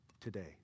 today